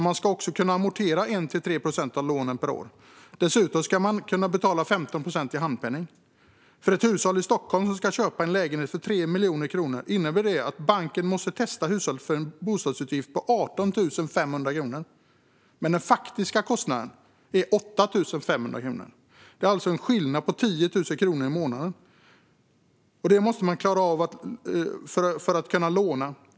Man ska också kunna amortera 1-3 procent av lånen per år. Dessutom ska man kunna betala 15 procent i handpenning. För ett hushåll i Stockholm som ska köpa en lägenhet för 3 miljoner kronor innebär det att banken måste testa hushållet för en bostadsutgift på 18 500 kronor. Den faktiska kostnaden är 8 500 kronor. Det är alltså en skillnad på 10 000 kronor i månaden, och det måste man klara av för att få låna.